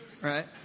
right